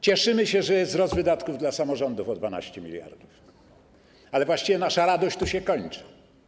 Cieszymy się, że jest wzrost wydatków dla samorządów o 12 mld, ale właściwie nasza radość tu się kończy.